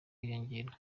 yiyongera